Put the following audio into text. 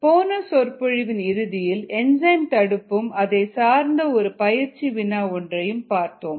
போன சொற்பொழிவின் இறுதியில் என்சைம் தடுப்பும் அதை சார்ந்து ஒரு பயிற்சி வினா ஒன்றையும் பார்த்தோம்